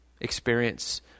experience